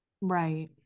Right